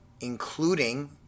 including